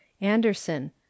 Anderson